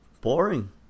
boring